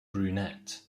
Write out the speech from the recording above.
brunette